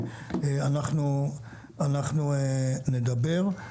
אנחנו נדבר.